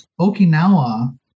okinawa